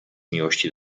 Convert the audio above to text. miłości